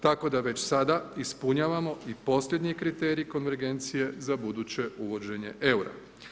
Tako da već sada ispunjavamo i posljednje kriterije konvergencije za buduće uvođenje EUR-a.